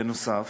בנוסף,